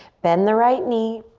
bend the right knee.